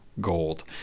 gold